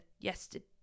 yesterday